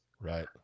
Right